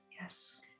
Yes